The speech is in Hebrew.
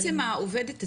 אז בעצם העובדת עצמה,